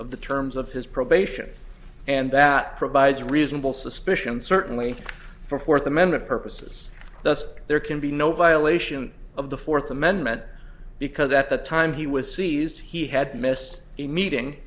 of the terms of his probation and that provides reasonable suspicion certainly for fourth amendment purposes there can be no violation of the fourth amendment because at the time he was seized he had met the meeting